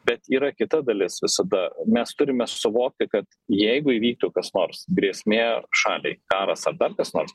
bet yra kita dalis visada mes turime suvokti kad jeigu įvyktų kas nors grėsmė šaliai karas ar dar kas nors